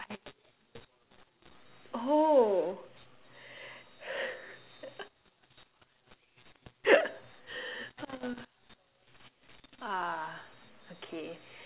oh ah okay